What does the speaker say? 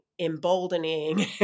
emboldening